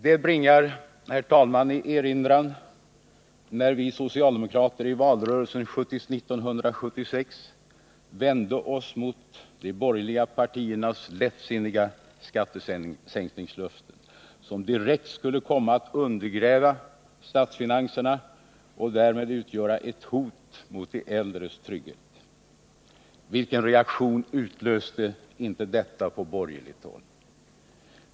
Det bringar, herr talman, i erinran när vi socialdemokrater i valrörelsen 1976 vände oss mot de borgerliga partiernas lättsinniga skattesänkningslöften, som direkt skulle komma att undergräva statsfinanserna och därmed utgöra ett hot mot de äldres trygghet. Vilken reaktion utlöste inte detta på borgerligt håll.